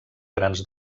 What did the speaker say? grans